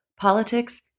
Politics